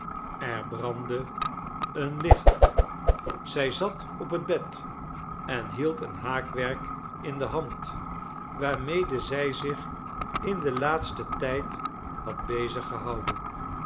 er brandde een licht zij zat op het bed en hield een haakwerk in de hand waarmede zij zich in den laatsten tijd had bezig gehouden